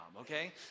okay